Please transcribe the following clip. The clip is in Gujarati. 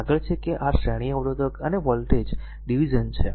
આગળ છે કે r શ્રેણી અવરોધક અને વોલ્ટેજ ડીવીઝન છે